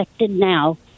now